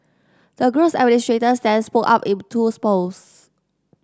the group's administrators then spoke up in two posts